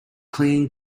clinging